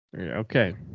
Okay